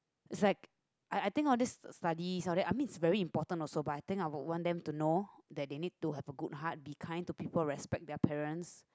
is like I I think all this studies all that I mean it's very important also but I think I would want them to know that they need to have a good heart be kind to people respect their parents